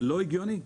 לא הגיוני.